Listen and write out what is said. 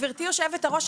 גברתי יושבת-הראש,